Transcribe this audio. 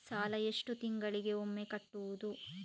ಸಾಲ ಎಷ್ಟು ತಿಂಗಳಿಗೆ ಒಮ್ಮೆ ಕಟ್ಟುವುದು?